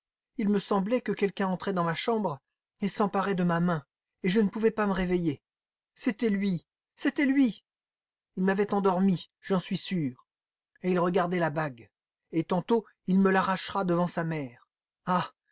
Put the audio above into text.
il me semblait que quelqu'un entrait dans ma chambre et s'emparait de ma main et je ne pouvais pas me réveiller c'était lui c'était lui il m'avait endormie j'en suis sûre et il regardait la bague et tantôt il me l'arrachera devant sa mère ah